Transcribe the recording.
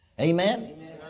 Amen